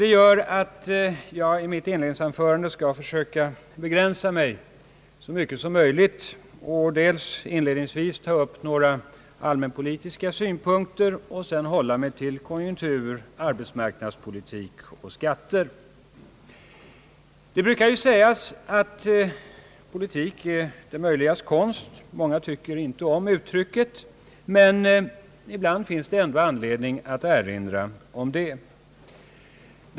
Detta gör att jag i mitt inledningsanförande skall försöka begränsa mig så mycket som möjligt och först inledningsvis ta upp några allmänpolitiska synpunkter och sedan hålla mig till konjunkturer, arbetsmarknadspolitik och skatter. Det brukar sägas att politik är »det möjligas konst». Många tycker inte om uttrycket, men ibland finns det ändå an ledning att erinra om det.